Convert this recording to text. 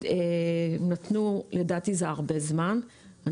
חברות ונתנו זמן שלדעתי זה זמן רב מה